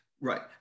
Right